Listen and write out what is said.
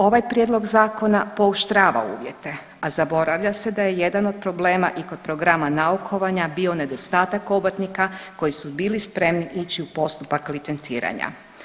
Ovaj prijedlog zakona pooštrava uvjete, a zaboravlja se da je jedan od problema i kod programa naukovanja bio nedostatak obrtnika koji su bili spremni ići u postupak licenciranja.